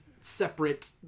separate